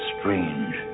strange